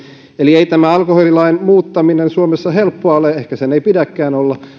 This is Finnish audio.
eli ei tämä alkoholilain muuttaminen suomessa helppoa ole ehkä sen ei pidäkään olla